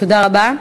תודה רבה.